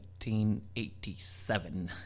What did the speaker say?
1987